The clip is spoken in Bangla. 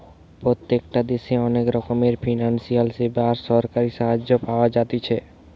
প্রত্যেকটা দেশে অনেক রকমের ফিনান্সিয়াল সেবা আর সরকারি সাহায্য পাওয়া যাতিছে